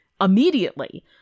immediately